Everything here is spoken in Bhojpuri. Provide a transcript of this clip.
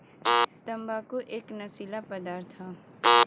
तम्बाकू एक नसीला पदार्थ हौ